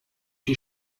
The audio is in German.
die